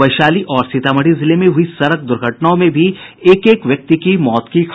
वैशाली और सीतामढ़ी जिले में हुई सड़क दुर्घटनाओं में भी एक एक व्यक्ति की मौत की खबर है